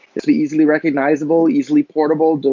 it's easily recognizable, easily portable,